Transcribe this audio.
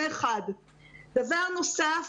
דבר נוסף,